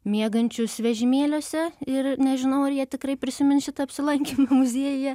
miegančius vežimėliuose ir nežinau ar jie tikrai prisimins šitą apsilankymą muziejuje